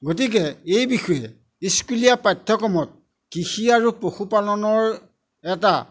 গতিকে এই বিষয়ে স্কুলীয়া পাঠ্যক্ৰমত কৃষি আৰু পশুপালনৰ এটা